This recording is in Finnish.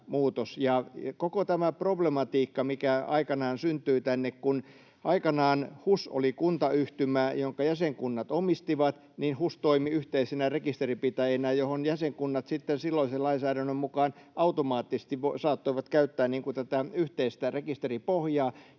Koko tämä problematiikka, mikä aikanaan syntyi tänne: Kun aikanaan HUS oli kuntayhtymä, jonka jäsenkunnat omistivat, niin HUS toimi yhteisenä rekisterinpitäjänä, johon jäsenkunnat sitten silloisen lainsäädännön mukaan automaattisesti saattoivat käyttää tätä yhteistä rekisteripohjaa.